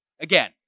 again